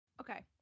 Okay